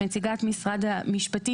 נציגת משרד המשפטים,